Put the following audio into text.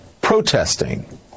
protesting